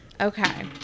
okay